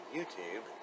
YouTube